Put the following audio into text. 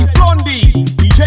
Blondie